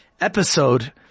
episode